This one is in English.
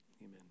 Amen